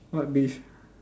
what beef